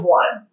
one